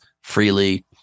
freely